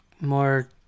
more